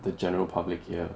the general public here